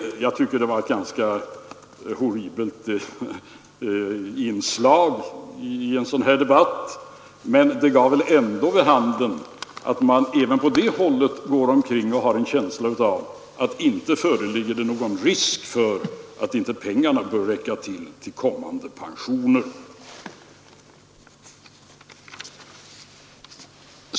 Jag tycker att det var ett ganska horribelt inslag i debatten, men det gav väl ändå vid handen att man även på det hållet har en känsla av att det inte föreligger någon risk för att pengarna inte skulle räcka till för kommande pensioner.